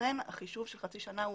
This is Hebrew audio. לכן החישוב של חצי שנה הוא,